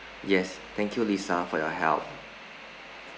yes thank you lisa for your help